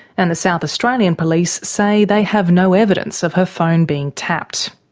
and the south australian police say they have no evidence of her phone being tapped.